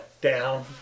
down